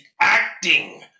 acting